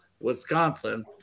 Wisconsin